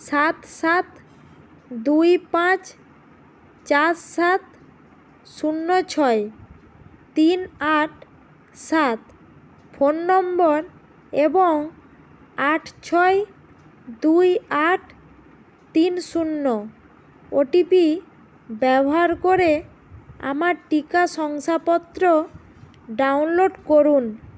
সাত সাত দুই পাঁচ চার সাত শূন্য ছয় তিন আট সাত ফোন নম্বর এবং আট ছয় দুই আট তিন শূন্য ওটিপি ব্যবহার করে আমার টিকা শংসাপত্র ডাউনলোড করুন